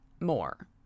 more